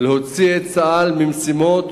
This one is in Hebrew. להוציא את צה"ל ממשימות